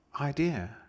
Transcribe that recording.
idea